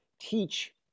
teach